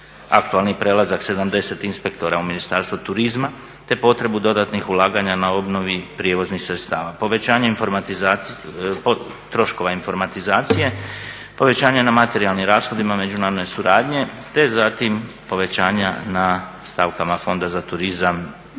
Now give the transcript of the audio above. aktualni prelazak 70 inspektora u Ministarstvo turizma, te potrebu dodatnih ulaganja na obnovi prijevoznih sredstava, povećanje troškova informatizacije, povećanje na materijalnim rashodima međunarodne suradnje, te zatim povećanja na stavkama Fonda za turizam